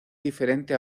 diferente